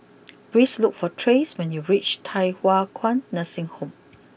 please look for Trace when you reach Thye Hua Kwan Nursing Home